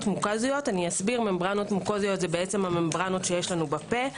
מוקזיות אלה הממברנות שיש לנו בפה,